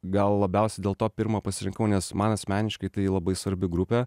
gal labiausiai dėl to pirmą pasirinkau nes man asmeniškai tai labai svarbi grupė